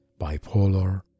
bipolar